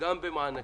גם במענקים,